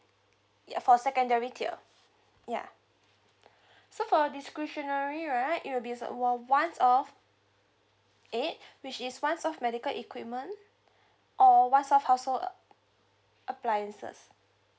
ya for secondary tier yeah so for discretionary right it will be it's a once off aid which is once of medical equipment or once off household appliances